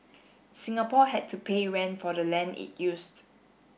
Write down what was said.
Singapore had to pay rent for the land it used